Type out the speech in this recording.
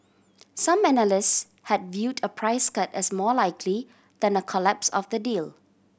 some analysts had viewed a price cut as more likely than a collapse of the deal